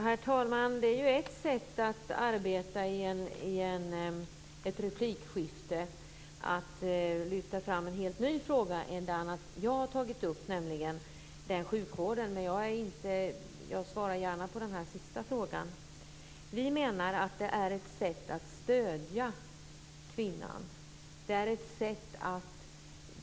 Herr talman! Det här är ju ett sätt att arbeta i ett replikskifte - att lyfta fram en helt ny fråga än den som jag har tagit upp, nämligen den om sjukvården. Men jag svarar gärna på den sista frågan. Vi menar att detta är ett sätt att stödja kvinnan.